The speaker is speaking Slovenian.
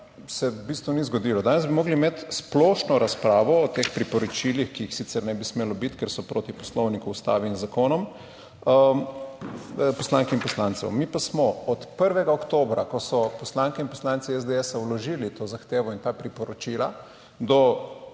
se v bistvu ni zgodilo, danes bi morali imeti splošno razpravo o teh priporočilih, ki jih sicer ne bi smelo biti, ker so proti Poslovniku, Ustavi in zakonom, poslank in poslancev. Mi pa smo od 1. oktobra, ko so poslanke in poslanci SDS vložili to zahtevo in ta priporočila do